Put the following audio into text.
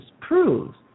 proves